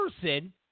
person